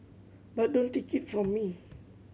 but don't take it from me